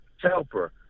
helper